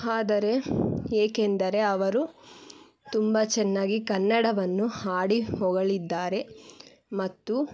ಆದರೆ ಏಕೆಂದರೆ ಅವರು ತುಂಬ ಚೆನ್ನಾಗಿ ಕನ್ನಡವನ್ನು ಹಾಡಿ ಹೊಗಳಿದ್ದಾರೆ ಮತ್ತು